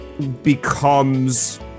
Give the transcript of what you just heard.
becomes